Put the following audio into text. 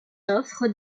offrent